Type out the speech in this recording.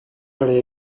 araya